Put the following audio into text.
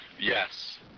Yes